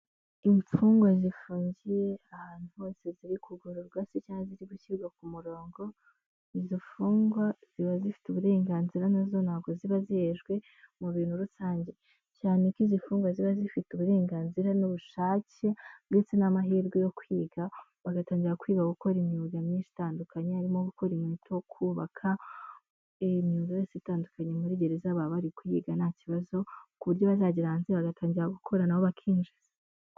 Imfungwa zifungiye ahantu hose ziri kugororwa se cyangwa ziri gushyirwa ku murongo izo mfungwa ziba zifite uburenganzira nazo. ntabwo ziba zihejwe mu bintu rusange cyane ko iz' imfungwa ziba zifite uburenganzira n'ubushake ndetse n'amahirwe yo kwiga bagatangira kwiga gukora imyuga myinshi itandukanye harimo : gukora inkweto, kubaka yuzuwere itandukanye muri gereza baba bari kwigayi nta kibazo ku buryo bazagera hanze bagatangira guko nabo bakinjiza.